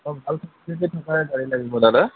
হয় ভাল ফেচিলিটী থকা গাড়ী লাগিব দাদা